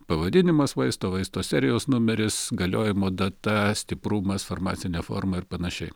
pavadinimas vaisto vaisto serijos numeris galiojimo data stiprumas farmacinė forma ir panašiai